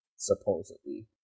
supposedly